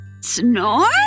snore